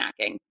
snacking